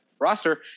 Roster